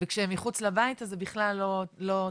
וכשהם מחוץ לבית, אז זה בכלל לא תקף?